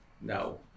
No